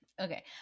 okay